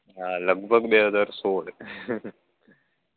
હા લગભગ બે હજાર સોળ